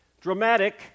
Dramatic